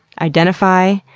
identify,